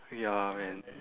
ya and